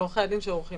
על עורכי הדין שעורכים